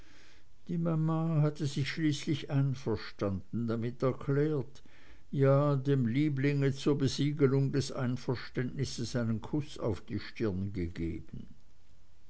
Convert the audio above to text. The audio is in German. die mama hatte sich schließlich einverstanden damit erklärt ja dem liebling zur besiegelung des einverständnisses einen kuß auf die stirn gegeben